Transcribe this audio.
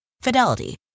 Fidelity